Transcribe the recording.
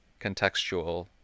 contextual